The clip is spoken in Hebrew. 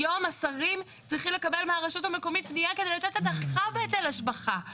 היום השרים צריכים לקבל מהרשות המקומית פנייה כדי לתת הנחה בהיטל השבחה.